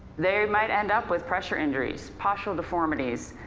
they might end up with pressure injuries, postural deformities,